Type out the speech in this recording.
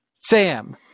Sam